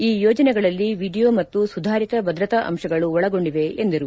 ಈ ಯೋಜನೆಗಳಲ್ಲಿ ವಿಡಿಯೋ ಮತ್ತು ಸುಧಾರಿತ ಭದ್ರತೆ ಅಂತಗಳು ಒಳಗೊಂಡಿವೆ ಎಂದರು